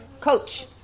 Coach